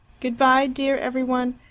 good-bye, dear every one.